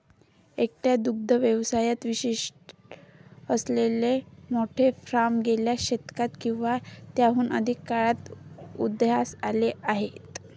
एकट्या दुग्ध व्यवसायात विशेष असलेले मोठे फार्म गेल्या शतकात किंवा त्याहून अधिक काळात उदयास आले आहेत